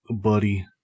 buddy